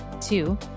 Two